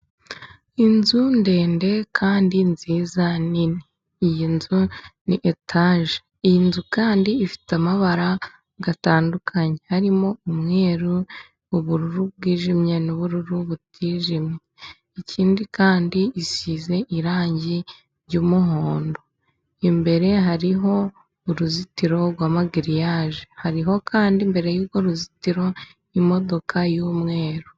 Inzu ndende kandi nziza nini, iyi nzu ni etaje, iyi nzu kandi ifite amabara atandukanye harimo: umweru, ubururu bwijimye, n'ubururu butijimye, ikindi kandi isize irangi ry'umuhondo ,imbere hariho uruzitiro rw'amagiriyaje hariho kandi imbere y'urwo ruzitiro imodoka y'umweru.